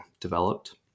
developed